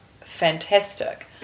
fantastic